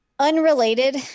unrelated